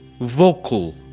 vocal